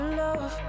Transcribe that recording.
love